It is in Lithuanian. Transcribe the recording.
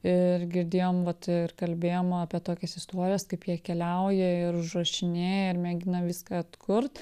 ir girdėjom vat ir kalbėjom apie tokias istorijas kaip jie keliauja ir užrašinėja ir mėgina viską atkurt